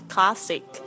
Classic